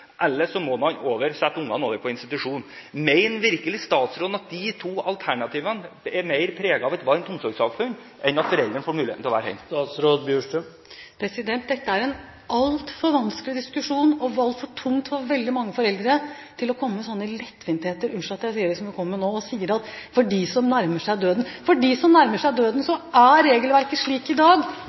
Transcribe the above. eller så må man sette barnet på institusjon. Mener virkelig statsråden at de to alternativene bærer mer preg av et velferdssamfunn enn at foreldrene får mulighet til å være hjemme? Dette er en altfor vanskelig diskusjon og altfor tungt for veldig mange foreldre til at man kommer med slike lettvintheter – unnskyld at jeg sier det – som man kommer med nå når det gjelder dem som nærmer seg døden. For dem som nærmer seg døden, er regelverket slik i dag